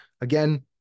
again